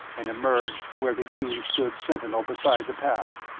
and emerged where the yews stood sentinel beside the path.